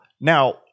Now